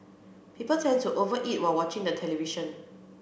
people tend to over eat while watching the television